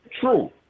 true